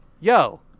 yo